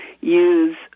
use